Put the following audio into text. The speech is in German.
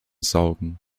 saugen